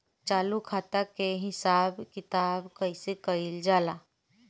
चालू खाता के हिसाब किताब कइसे कइल जाला?